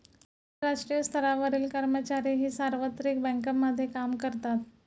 आंतरराष्ट्रीय स्तरावरील कर्मचारीही सार्वत्रिक बँकांमध्ये काम करतात